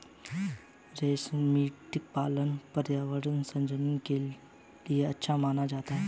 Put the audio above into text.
रेशमकीट पालन पर्यावरण सृजन के लिए अच्छा माना जाता है